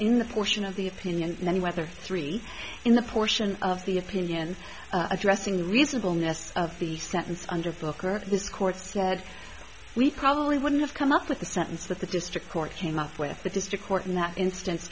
in the portion of the opinion that whether three in the portion of the opinion addressing reasonable ness of the sentence under volcker this court said we probably wouldn't have come up with the sentence that the district court came up with the district court in that instance